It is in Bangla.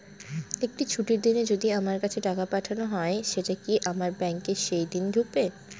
একটি ছুটির দিনে যদি আমার কাছে টাকা পাঠানো হয় সেটা কি আমার ব্যাংকে সেইদিন ঢুকবে?